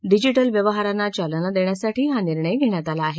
digital व्यवहारांना चालना देण्यासाठी हा निर्णय घेण्यात आला आहे